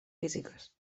físiques